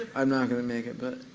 i'm not going to make it, but